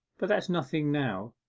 but that's nothing now.